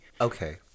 Okay